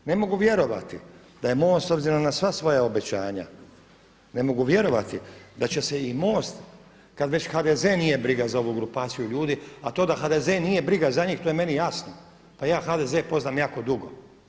Ne mogu vjerovati da je MOST s obzirom na sva svoja obećanja, ne mogu vjerovati da će se i MOST kada već HDZ nije briga za ovu grupaciju ljudi, a to da HDZ nije briga za njih, to je meni jasno, pa ja HDZ poznajem jako dugo.